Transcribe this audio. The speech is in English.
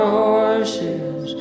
horses